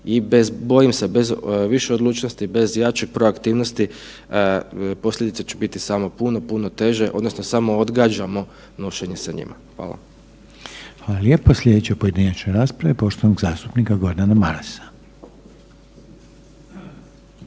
i bojim se bez više odlučnosti, bez jače proaktivnosti posljedice će biti samo puno, puno teže odnosno samo odgađamo nošenje sa njima. Hvala. **Reiner, Željko (HDZ)** Hvala lijepo. Slijedeće pojedinačne rasprave poštovanog zastupnika Gordana Marasa.